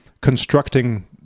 constructing